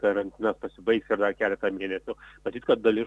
karantinas pasibaigs ir dar keletą mėnesių matyt kad dalis